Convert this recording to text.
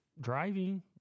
Driving